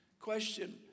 Question